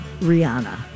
Rihanna